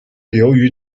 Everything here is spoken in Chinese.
由于